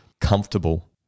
comfortable